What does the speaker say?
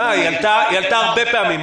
היא עלתה הרבה פעמים.